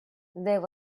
there